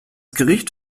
gericht